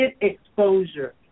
exposure